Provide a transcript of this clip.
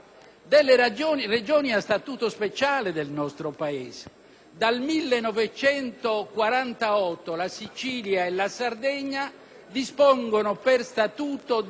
Dal 1948 la Sicilia e la Sardegna dispongono per statuto della compartecipazione all'IVA e all'IRPEF.